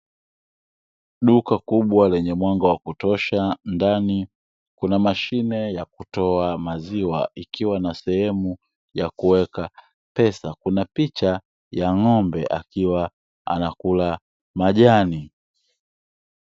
Duka kubwa lenye mwanga wa kutosha ndani kuna mashine ya kutoa maziwa ikiwa na sehemu ya kuweka pesa, kuna picha ya ng'ombe akiwa anakula majani.